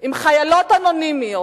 עם חיילות אנונימיות,